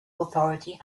authority